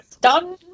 Done